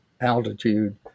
altitude